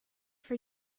for